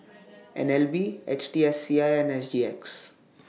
N L B H T S C I and S G X